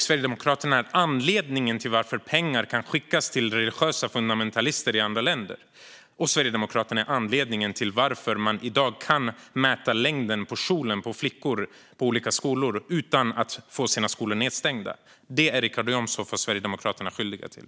Sverigedemokraterna är anledningen till att pengar kan skickas till religiösa fundamentalister i andra länder. Och Sverigedemokraterna är anledningen till att skolor i dag kan mäta flickors kjollängd på utan att de stängs ned. Det är Richard Jomshof och Sverigedemokraterna skyldiga till.